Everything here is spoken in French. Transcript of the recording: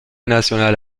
nationale